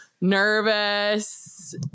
nervous